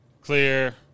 clear